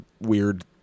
weird